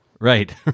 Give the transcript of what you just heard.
Right